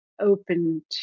open